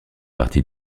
partie